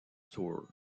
tour